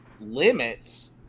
limits